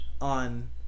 on